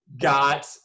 got